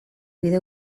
bide